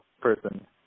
person